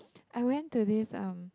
I went to this um